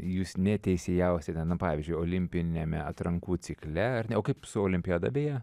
jūs neteisėjausite pavyzdžiui olimpiniame atrankų cikle ar ne o kaip su olimpiada beje